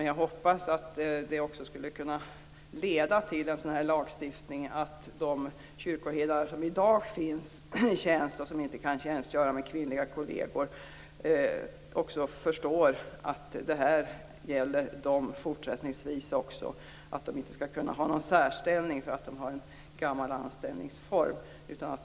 Jag hoppas att en sådan lagstiftning leder till att de kyrkoherdar som är i tjänst i dag och som inte kan tjänstgöra med kvinnliga kolleger också förstår vad som gäller fortsättningsvis. De skall inte ha en särställning därför att de har en gammal anställningsform.